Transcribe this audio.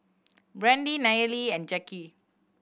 Brande Nayeli and Jacque